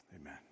amen